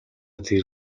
тэр